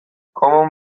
common